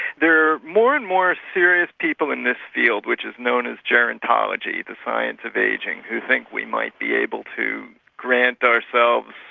there are more and more serious people in this field which is known as gerontology, the science of ageing, who think we might be able to grant ourselves,